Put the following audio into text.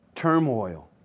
Turmoil